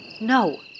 No